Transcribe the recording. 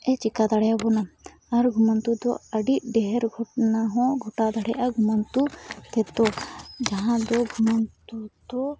ᱮ ᱪᱮᱠᱟ ᱫᱟᱲᱮᱭᱟᱵᱚᱱᱟ ᱟᱨ ᱜᱷᱩᱢᱟᱱᱛᱩᱫᱚ ᱟᱹᱰᱤ ᱰᱷᱮᱨ ᱜᱷᱚᱴᱚᱱᱟᱦᱚᱸ ᱜᱚᱴᱟᱣ ᱫᱟᱲᱮᱜᱼᱟ ᱜᱷᱩᱢᱟᱱᱛᱩ ᱛᱮᱫᱚ ᱡᱟᱦᱟᱸᱫᱚ ᱜᱷᱩᱢᱟᱱᱛᱩᱫᱚ